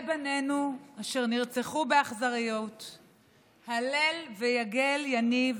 אשר נרצחו באכזריות, הלל ויגל יניב,